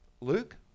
Luke